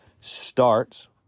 starts